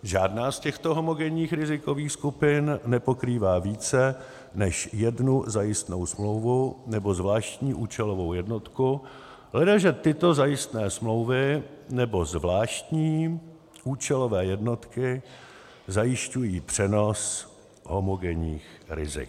Žádná z těchto homogenních rizikových skupin nepokrývá více než jednu zajistnou smlouvu nebo zvláštní účelovou jednotku, ledaže tyto zajistné smlouvy nebo zvláštní účelové jednotky zajišťují přenos homogenních rizik.